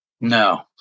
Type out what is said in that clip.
No